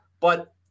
but-